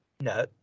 no